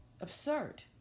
absurd